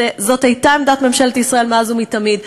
זאת הייתה עמדת ממשלת ישראל מאז ומתמיד,